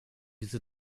diese